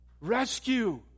Rescue